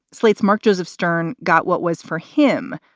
slate's mark joseph stern got what was for him,